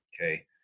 okay